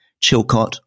Chilcott